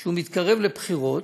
שהוא מתקרב לבחירות,